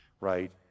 right